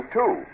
two